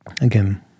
Again